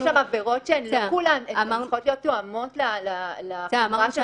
יש עבירות שצריכות להיות תואמות לחומרת העבירות האלה,